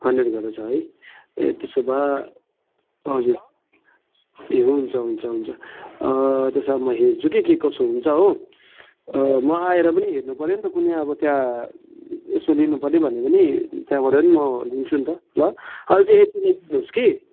hundred गरेर छ है ए त्यसो भए हजुर ए हुन्छ हुन्छ हुन्छ त्यसो भए म हेर्छु कि के कसो हुन्छ हो म आएर पनि हेर्नुपऱ्यो नि त कुनै अब त्यहाँ यसो लिनुपऱ्यो भने पनि त्यहाँबाट पनि म लिन्छु नि त ल अहिले चाहिँ यति लेखिदिनु होस् कि